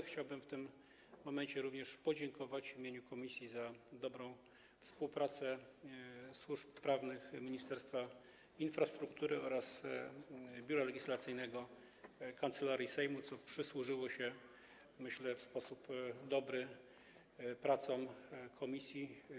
Chciałbym w tym momencie podziękować w imieniu komisji za dobrą współpracę służb prawnych Ministerstwa Infrastruktury oraz Biura Legislacyjnego Kancelarii Sejmu, co przysłużyło się, jak myślę, w sposób dobry pracom komisji.